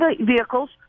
vehicles